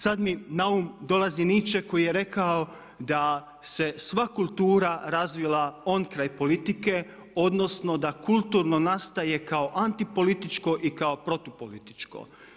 Sad mi na um dolazi Nietzsche koji je rekao da se sva kultura razvila onkraj politike odnosno da kulturno nastaje kao antipolitičko i kao protupolitičko.